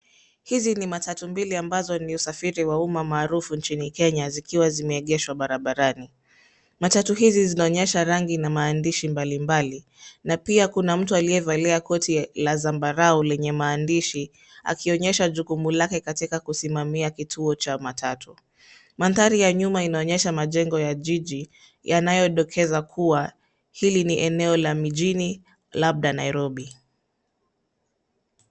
Hizi ni matatu mbili ambazo ni usafiri wa umma maarufu nchini Kenya, zikiwa zimeegeshwa barabarani. Matatu hizi zinaonyesha rangi na maandishi mbali mbali, na pia kuna mtu aliyevalia koti la zambarau lenye maandishi, akionyesha jukumu lake katika kusimamia kituo cha matatu. Mandhari ya nyuma inaonyesha majengo ya jiji, yanayodokeza kua, hili ni eneo la mijini, labda Nairobi.